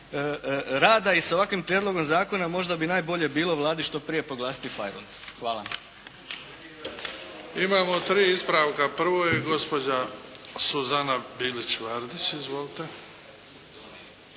rada i sa ovakvim prijedlogom zakona možda bi najbolje bilo Vladi što prije proglasiti fajrunt. Hvala. **Bebić, Luka (HDZ)** Imamo tri ispravka. Prvo je gospođa Suzana Bilić Vardić. Izvolite.